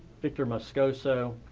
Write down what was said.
victor moscoso.